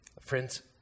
Friends